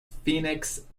phoenix